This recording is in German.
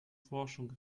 forschung